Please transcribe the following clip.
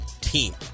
Team